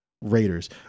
Raiders